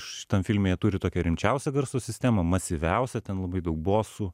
šitam filme turi tokią rimčiausią garso sistemą masyviausią ten labai daug bosų